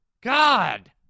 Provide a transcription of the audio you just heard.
God